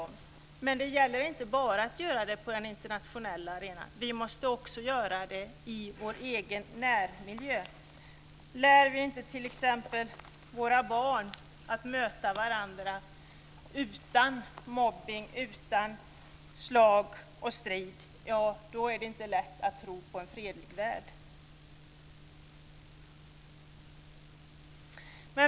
Men det gäller inte bara att göra det på den internationella arenan, utan vi måste också göra det i vår egen närmiljö. Lär vi inte t.ex. våra barn att möta varandra utan mobbning, slag och strid, ja, då är det inte lätt att tro på en fredlig värld.